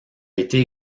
été